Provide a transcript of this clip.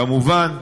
כמובן,